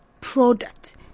product